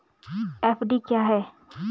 FD क्या है?